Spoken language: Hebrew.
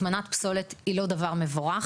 הטמנת פסולת היא לא דבר מבורך.